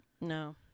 No